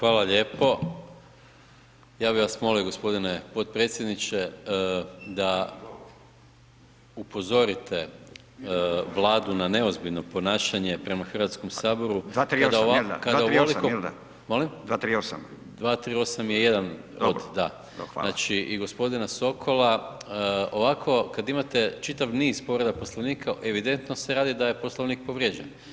Hvala lijepo, ja bi vas molimo gospodine podpredsjedniče da upozorite Vladu na neozbiljno ponašanje prema Hrvatskom saboru kada ovoliko [[Upadica: 238. jel da?, 238. jel da?]] molim [[Upadica: 238.]] 238 je jedan od, da, znači i gospodina Sokola, ovako kad imate čitav niz povreda Poslovnika evidentno se radi da je Poslovnik povrijeđen.